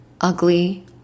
ugly